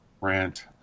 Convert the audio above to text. rant